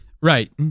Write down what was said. Right